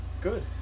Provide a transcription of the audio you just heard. Good